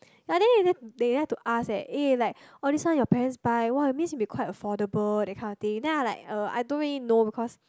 ya and then they like to ask eh this one your parents buy what means be quite affordable that kind of thing then I like uh I don't really know because